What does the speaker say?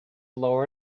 lower